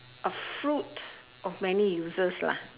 a fruit of many uses lah